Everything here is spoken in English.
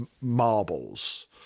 Marbles